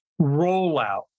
rollout